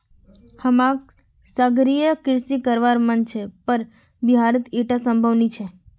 हमाक सागरीय कृषि करवार मन छ पर बिहारत ईटा संभव नी छ